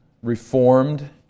Reformed